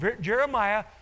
Jeremiah